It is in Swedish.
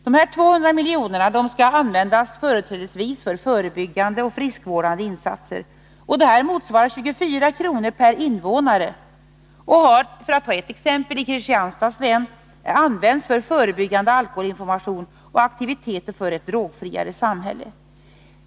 Dessa 200 milj.kr. skall företrädesvis användas för förebyggande och friskvårdande insatser. Det motsvarar 24 kr. per invånare. I Kristianstads län, för att ta ett exempel, har pengar ur detta anslag använts för förebyggande alkoholinformation och aktiviteter för ett drogfriare samhälle.